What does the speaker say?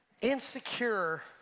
insecure